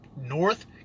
North